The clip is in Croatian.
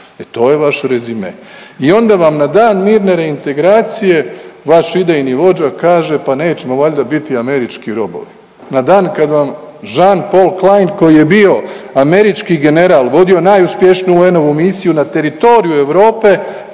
E to je vaš rezime. I onda vam na Dan mirne reintegracije vaš idejni vođa kaže pa nećemo valjda biti američki robovi, na dan kad vam Jean Paul Klein koji je bio američki general, vodio najuspješniju UN-ovu misiju na teritoriju Europe